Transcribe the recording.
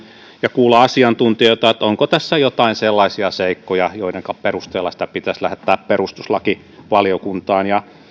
ja kuulla asiantuntijoita siitä onko tässä joitain sellaisia seikkoja joidenka perusteella tämä pitäisi lähettää perustuslakivaliokuntaan